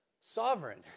sovereign